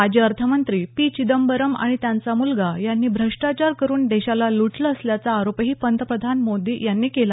माजी अर्थमंत्री पी चिदंबरम आणि त्यांचा मुलगा यांनी भ्रष्टाचार करून देशाला लुटलं असल्याचा आरोपही पंतप्रधान मोदी यांनी केला